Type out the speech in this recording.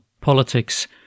Politics